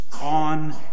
on